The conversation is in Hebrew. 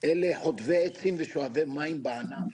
אלה חוטבי עצים ושואבי מים בענף.